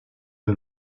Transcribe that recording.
den